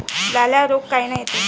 लाल्या रोग कायनं येते?